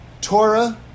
Torah